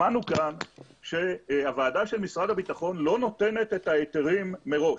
שמענו כאן שהוועדה של משרד הביטחון לא נותנת את ההיתרים מראש,